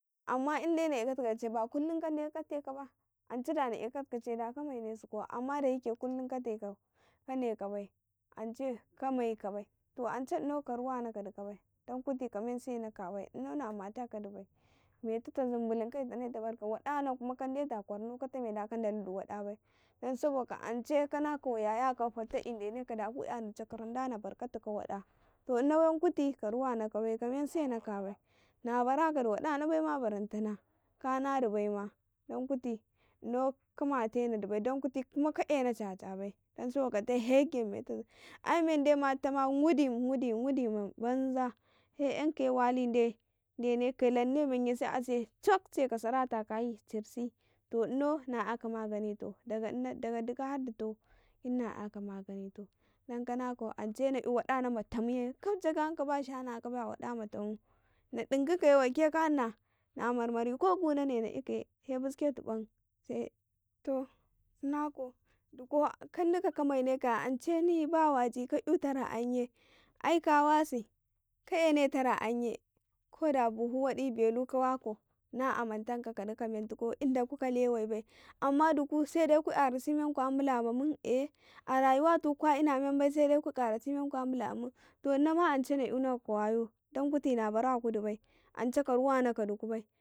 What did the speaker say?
﻿Amma in de na ekatika kchebai kullumkade ka ance dana eka tuka kchei da ka maine sukau amma da yake kullum ka tekau kan'ka bai ance kanaiikabai ance inau ka amuna ka duka bai dan kuti kamen sena kana bai dan kuti kamen sena kana bai inau na mata kadi bai me tata zumblunkai zanai da barka wadansu anikadeti a kwarhnau kata me da kadaladi wada bai dan saboka ka ance kanaka yaya kau fattaƃi deneka da ku yahni cakaran da nabarkatuka wada to ina wankuti ka ruwa na ka duka bai kamen sena ka bai na barakadi waɗana baina barantana kana di baima dan kuti inau kamateni bai ka ena chacha bai saboka ma meta zumbulu ai mendaima dhtama gudi, gudi ma banza he ''yankaye wali de de nanne munye se ase chok cheka sarata akayi to inau na ''yaka soruntau daya dka hardtau gid na yaka sorunku dan kana kau ance na'yu wadahnan ma tam ye gid jaga '' yan kaba shanaka bai a wada ma tamu na ɗinkikaye wai ke kahna na marmari ko gunane na ikaye se busketi bam to ku na kau dugo ka ɗuka ka mai ne ka ya ance mbawaji ka'yu tara yanye ai ka wasika ene tara yanye ko da buhu wadi, belu ka wakau na amantanka ka dka ka menkau inda kuka lewa bai amma duku sede ku ''yarasi menku a blama mun eh a rayuwa tuku kwa ina men bai saidai ku waye menkun a blama mun to inama ance ina ka a wayo dan kuti nabara ku di bai ka men damunako ka du ku bai.